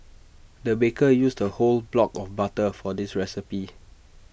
the baker used A whole block of butter for this recipe